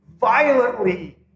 violently